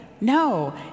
No